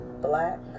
Black